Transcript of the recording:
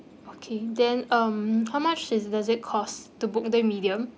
okay then um how much is does it cost to book the medium